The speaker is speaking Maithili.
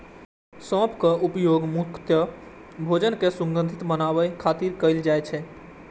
सौंफक उपयोग मुख्यतः भोजन कें सुगंधित बनाबै खातिर कैल जाइ छै